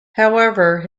however